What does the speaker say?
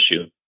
issue